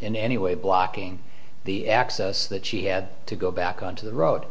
in any way blocking the access that she had to go back onto the road